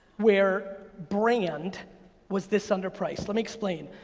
where brand was this under priced. let me explain.